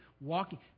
walking